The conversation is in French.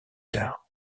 tard